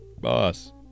Boss